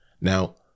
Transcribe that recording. Now